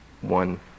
one